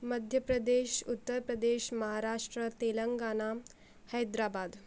Madhya Pradesh Uttar Pradesh Maharashtra Telangana Hyderabad